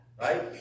right